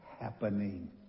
happening